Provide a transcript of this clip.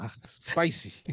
spicy